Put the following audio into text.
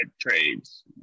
trades